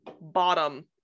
bottom